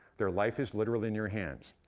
their life is literally in your hands.